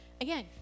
again